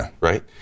right